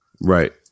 Right